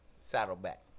Saddleback